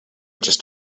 just